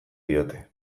diote